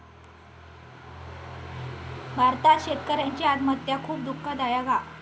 भारतात शेतकऱ्यांची आत्महत्या खुप दुःखदायक हा